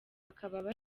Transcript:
akaba